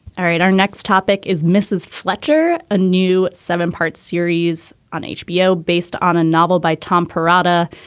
all right our next topic is mrs. fletcher a new seven part series on hbo based on a novel by tom perata.